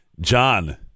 John